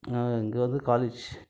இங்கே வந்து காலேஜ்